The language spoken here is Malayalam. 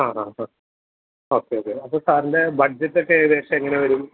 ആ ആ ആ ഓക്കെ ഓക്കെ അപ്പം സാറിൻറെ ബഡ്ജറ്റ് ഒക്കെ ഏകദേശം എങ്ങനെ വരും